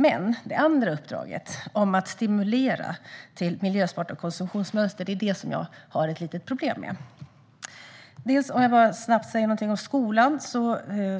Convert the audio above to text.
Men det andra uppdraget att stimulera till miljösmarta konsumtionsmönster har jag ett litet problem med. Jag ska snabbt säga någonting om skolan.